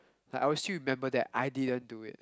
like I would still remember that I didn't do it